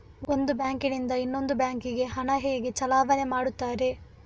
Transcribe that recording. ಒಂದು ಬ್ಯಾಂಕ್ ನಿಂದ ಇನ್ನೊಂದು ಬ್ಯಾಂಕ್ ಗೆ ಹಣ ಹೇಗೆ ಚಲಾವಣೆ ಮಾಡುತ್ತಾರೆ?